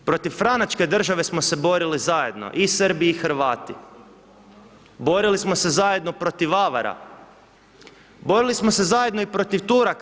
Protiv Franačke države smo se borili zajedno i Srbi i Hrvati, borili smo se zajedno protiv Avara, borili smo se zajedno i protiv Turaka.